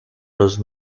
los